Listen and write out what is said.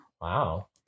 Wow